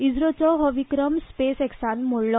इस्रोचो हो विक्रम स्पेस अॅक्सान मोडलो